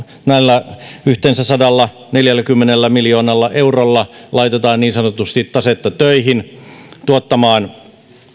näillä yhteensä sadallaneljälläkymmenellä miljoonalla eurolla laitetaan niin sanotusti tasetta töihin tuottamaan